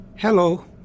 Hello